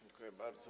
Dziękuję bardzo.